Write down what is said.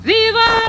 Viva